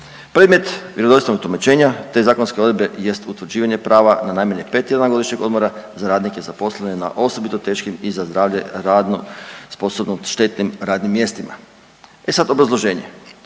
predmet vjerodostojnog tumačenja te zakonske odredbe jest utvrđivanje prava na najmanje pet tjedana godišnjeg odmora za radnike zaposlene na osobito teškim i za zdravlje i radnu sposobnost štetnim radnim mjestima.“ E sad obrazloženje,